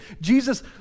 Jesus